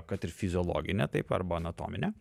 kad ir fiziologinė taip arba anatominė